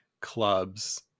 clubs